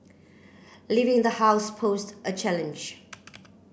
leaving the house posed a challenge